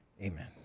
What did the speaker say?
Amen